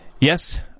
yes